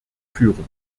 führen